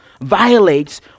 violates